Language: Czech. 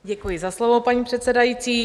Děkuji za slovo, paní předsedající.